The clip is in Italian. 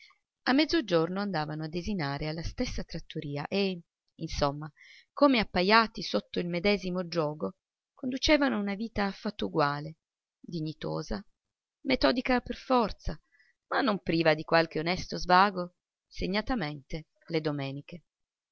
a mezzogiorno andavano a desinare alla stessa trattoria e insomma come appajati sotto il medesimo giogo conducevano una vita affatto uguale dignitosa metodica per forza ma non priva di qualche onesto svago segnatamente le domeniche